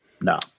No